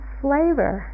flavor